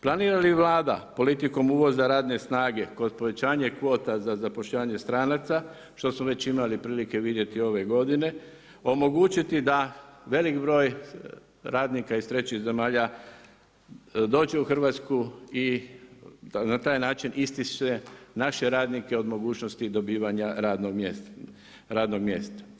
Planira li Vlada politikom uvoza radne snage kod povećanjem kvota za zapošljavanje stranaca, što smo već imali prilike vidjeti ove godine, omogućiti da velik broj radnika iz trećih zemalja dođe u Hrvatsku i na taj način istišće naše radnike od mogućnosti dobivanja radnog mjesta.